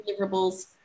deliverables